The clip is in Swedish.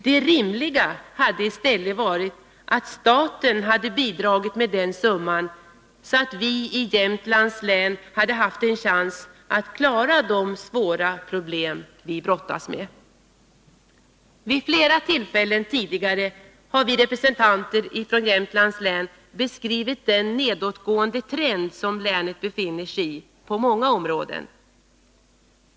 Det rimliga hade i stället varit att staten hade bidragit med den summan, så att vi i Jämtlands län hade haft en chans att klara de svåra problem vi brottas med. Vid flera tillfällen tidigare har vi representanter från Jämtlands län beskrivit den nedåtgående trend som länet befinner sig i på många områden.